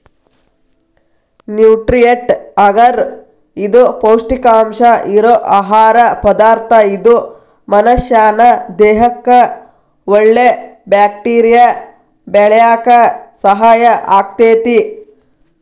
nutrient ಅಗರ್ ಇದು ಪೌಷ್ಟಿಕಾಂಶ ಇರೋ ಆಹಾರ ಪದಾರ್ಥ ಇದು ಮನಷ್ಯಾನ ದೇಹಕ್ಕಒಳ್ಳೆ ಬ್ಯಾಕ್ಟೇರಿಯಾ ಬೆಳ್ಯಾಕ ಸಹಾಯ ಆಗ್ತೇತಿ